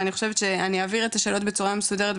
ואני חושבת שאני אעביר את השאלות בצורה מסודרת,